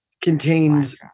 contains